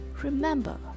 Remember